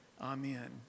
Amen